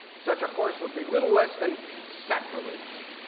such a course would be little less than sacrilege,